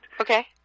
Okay